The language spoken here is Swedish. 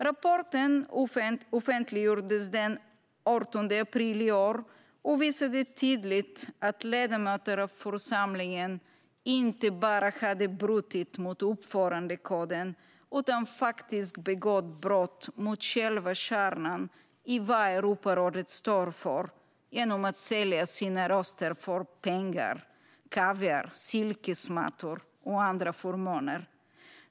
Rapporten offentliggjordes den 18 april i år, och den visade tydligt att ledamöter av församlingen inte bara hade brutit mot uppförandekoden utan faktiskt hade begått brott mot själva kärnan i vad Europarådet står för genom att sälja sina röster för pengar, kaviar, silkesmattor och andra förmåner.